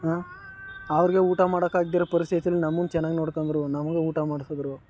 ಹಾಂ ಅವ್ರಿಗೆ ಊಟ ಮಾಡೋಕಾಗ್ದೆ ಇರೋ ಪರಿಸ್ಥಿತಿಲಿ ನಮ್ಮನ್ನ ಚೆನ್ನಾಗಿ ನೋಡ್ಕೊಂಡ್ರು ನಮಗೆ ಊಟ ಮಾಡ್ಸಿದ್ರು